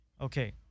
okay